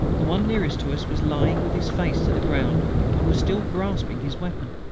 the one nearest to us was lying with his face to the ground and was still grasping his weapon.